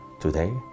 today